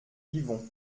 vivons